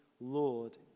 Lord